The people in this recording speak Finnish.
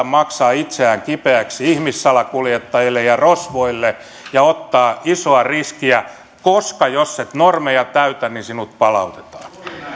maksaa itseään kipeäksi ihmissalakuljettajille ja rosvoille ja ottaa isoa riskiä koska jos et normeja täytä niin sinut palautetaan